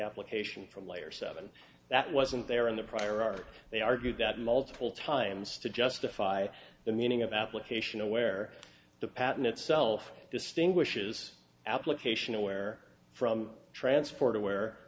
application from layer seven that wasn't there in the prior art they argued that multiple times to justify the meaning of application where the patent itself distinguishes application aware from transport